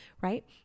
right